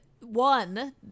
One